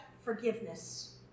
forgiveness